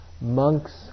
monks